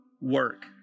work